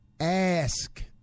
ask